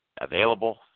available